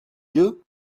you